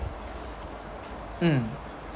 mm